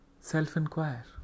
self-inquire